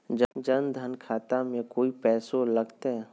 जन धन लाभ खाता में कोइ पैसों लगते?